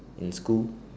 in school